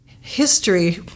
history